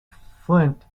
flint